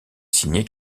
signé